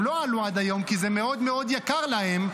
הם לא עלו עד היום כי זה מאוד מאוד יקר להם,